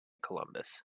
columbus